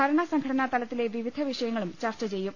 ഭരണ സംഘടനാതലത്തിലെ വിവിധ വിഷയങ്ങളും ചർച്ച ചെയ്യും